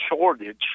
shortage